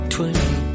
Twenty